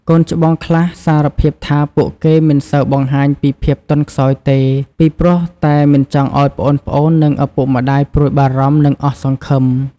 កូនច្បងខ្លះសារភាពថា ពួកគេមិនសូវបង្ហាញពីភាពទន់ខ្សោយទេ ពីព្រោះតែមិនចង់ឱ្យប្អូនៗ និងឪពុកម្ដាយព្រួយបារម្ភ និងអស់សង្ឃឹម។